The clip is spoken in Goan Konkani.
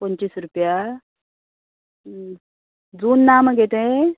पंचवीस रुपया जून ना मगे ते